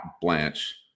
blanche